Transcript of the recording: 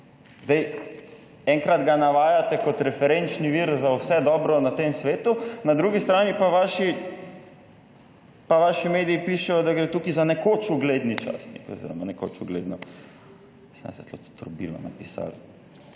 Zdaj, enkrat ga navajate kot referenčni vir za vse dobro na tem svetu, na drugi strani pa vaši mediji pišejo, da gre tukaj za nekoč ugledni častnik oziroma nekoč ugledno, ss celo trobilo napisali.